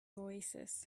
oasis